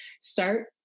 start